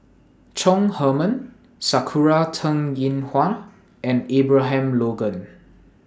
Chong Heman Sakura Teng Ying Hua and Abraham Logan